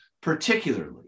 particularly